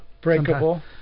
Breakable